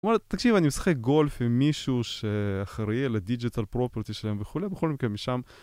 תקשיב, אני משחק גולף עם מישהו שאחראי אל הדיג'יטל פרופרטי שלהם וכולי בכל מקרה משם...